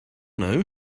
know